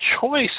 choice